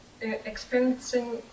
experiencing